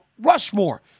Rushmore